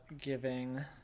giving